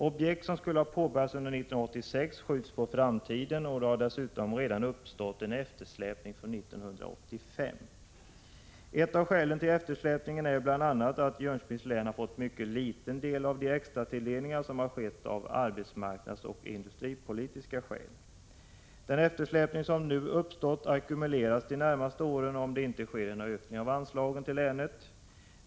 Objekt som skulle ha påbörjats under 1986 skjuts på framtiden, och det har dessutom redan uppstått en eftersläpning från 1985. Ett av skälen till eftersläpningen är att Jönköpings län fått en mycket liten del av de extratilldelningar som har beviljats av arbetsmarknadsoch industripolitiska skäl. Den eftersläpning som nu uppstått ackumuleras de närmaste åren om det inte sker en ökning av anslagen till länet.